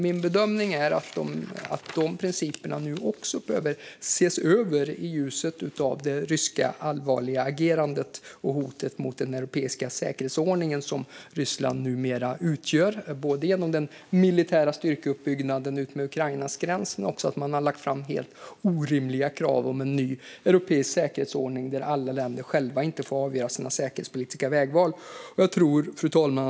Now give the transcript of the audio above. Min bedömning är att dessa principer bör ses över i ljuset av det allvarliga ryska agerandet och det hot mot den europeiska säkerhetsordningen som Ryssland numera utgör, genom både den militära styrkeuppbyggnaden utmed Ukrainas gräns och de orimliga kraven om en ny europeisk säkerhetsordning där andra länder inte själva får avgöra sina säkerhetspolitiska vägval. Fru talman!